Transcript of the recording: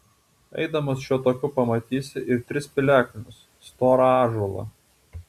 eidamas šiuo taku pamatysi ir tris piliakalnius storą ąžuolą